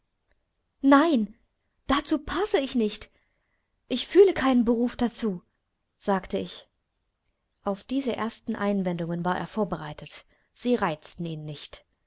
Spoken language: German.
nein dazu passe ich nicht ich fühle keinen beruf dazu sagte ich auf diese ersten einwendungen war er vorbereitet sie reizten ihn nicht